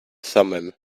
thummim